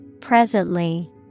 Presently